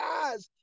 guys